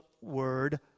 word